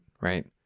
right